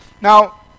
Now